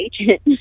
agent